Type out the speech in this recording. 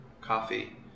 coffee